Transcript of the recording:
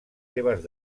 seves